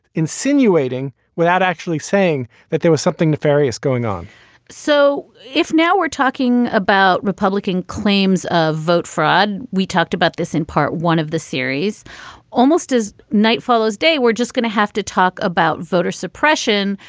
insinuating without actually saying that there was something nefarious going on so if now we're talking about republican claims of vote fraud, we talked about this in part one of the series almost as night follows day. we're just going to have to talk about voter suppression,